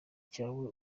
cyawe